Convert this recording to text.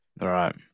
right